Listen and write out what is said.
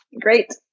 Great